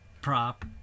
prop